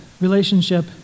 relationship